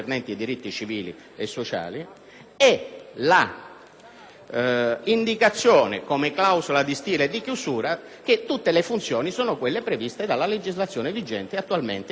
l'indicazione, come clausola di stile e di chiusura, che tutte le funzioni sono quelle previste dalla legislazione vigente attualmente attribuite agli enti territoriali.